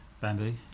Bamboo